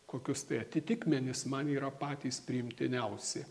kokius tai atitikmenis man yra patys priimtiniausi